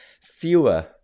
Fewer